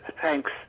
thanks